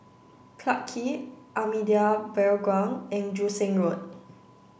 Clarke Quay Ahmadiyya Burial Ground and Joo Seng Road